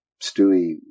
Stewie